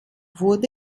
wurde